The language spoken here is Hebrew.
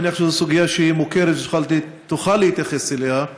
אני מניח שזו סוגיה שהיא מוכרת ושתוכל להתייחס אליה.